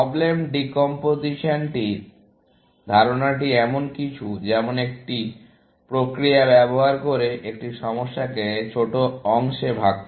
problem decomposition ধারণাটি এমন কিছু যেমন একটি প্রক্রিয়া ব্যবহার করে একটি সমস্যাকে ছোট অংশে ভাগ করা